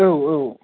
औ औ